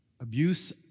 abuse